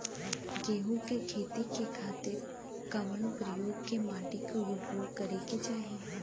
गेहूँ के खेती के खातिर कवना प्रकार के मोटर के प्रयोग करे के चाही?